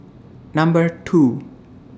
Number two